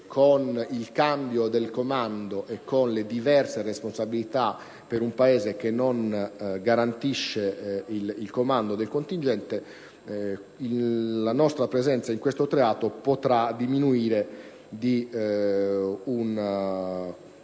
con il cambio del comando e con le diverse responsabilità di un Paese che non deve garantire il comando del contingente, la nostra presenza in questo teatro potrà diminuire, per